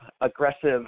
aggressive